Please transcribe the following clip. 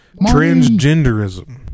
Transgenderism